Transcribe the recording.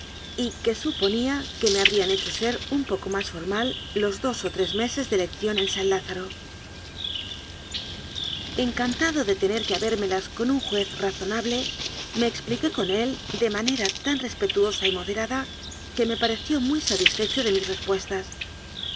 y que suponía que me habrían hecho ser un poco más formal los dos o tres meses de lección en san lázaro encantado de tener que habérmelas con un juez razonable me expliqué con él de manera tan res petuosa y moderada que me pareció muy satisfe cho de mis respuestas